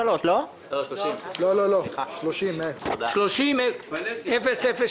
לא הבנתי את השאלה.